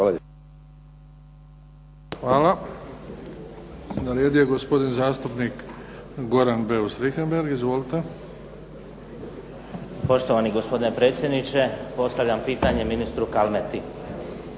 Hvala. Na redu je gospodin zastupnik Goran Beus Richembergh. Izvolite. **Beus Richembergh, Goran (HNS)** Poštovani gospodine predsjedniče, postavljam pitanje ministru Kalmeti.